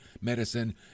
medicine